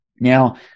Now